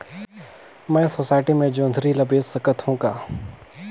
मैं सोसायटी मे जोंदरी ला बेच सकत हो का?